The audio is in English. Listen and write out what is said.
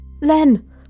Len